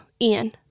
Ian